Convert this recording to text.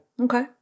Okay